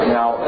Now